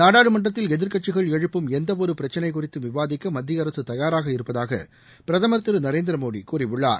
நாடாளுமன்றத்தில் எதிர்க்கட்சிகள் எழுப்பும் எந்தவொரு பிரக்சினை குறித்து விவாதிக்க மத்திய அரசு தயாராக இருப்பதாக பிரதமர் திரு நரேந்திர மோடி கூறியுள்ளார்